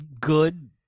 good